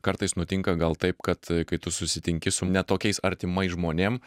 kartais nutinka gal taip kad kai tu susitinki su ne tokiais artimais žmonėm